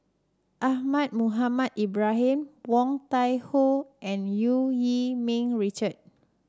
Ahmad Mohamed Ibrahim Woon Tai Ho and Eu Yee Ming Richard